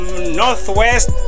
Northwest